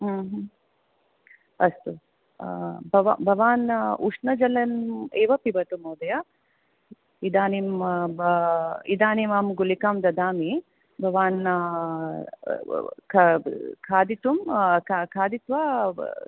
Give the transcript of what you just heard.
ह्म् ह्म् अस्तु भवा भवान् उष्णजलम् एव पिबतु महोदय इदानीं ब इदानीं गुलिकां ददामि भवान् ख ख खादितुं खादित्वा